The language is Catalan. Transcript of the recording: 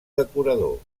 decorador